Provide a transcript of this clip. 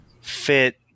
fit